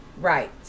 Right